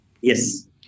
Yes